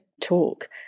talk